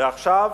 ועכשיו